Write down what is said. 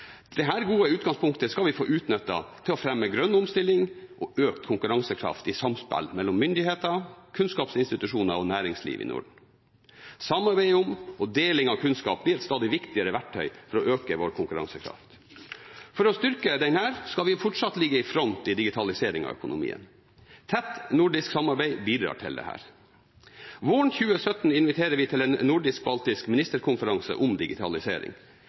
gode utgangspunktet skal vi få utnyttet til å fremme grønn omstilling og økt konkurransekraft i samspill mellom myndigheter, kunnskapsinstitusjoner og næringsliv i Norden. Samarbeid om og deling av kunnskap blir et stadig viktigere verktøy for å øke vår konkurransekraft. For å styrke denne skal vi fortsatt ligge i front i digitaliseringen av økonomien. Tett nordisk samarbeid bidrar til det. Våren 2017 inviterer vi til en nordisk-baltisk ministerkonferanse om digitalisering.